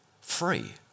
Free